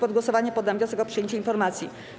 Pod głosowanie poddam wniosek o przyjęcie informacji.